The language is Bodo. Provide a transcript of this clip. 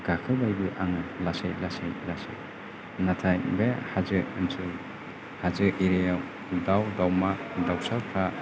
गाखोबायबो आङो लासै लासै नाथाय बे हाजो ओनसोल हाजो एरियायाव दाव दावमा दावसाफ्रा